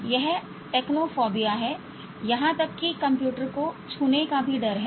यह टेक्नोफोबिया है यहां तक कि कंप्यूटर को छूने का भी डर है